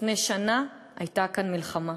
לפני שנה הייתה כאן מלחמה.